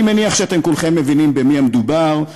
אני מניח שאתם כולכם מבינים במי מדובר,